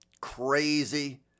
crazy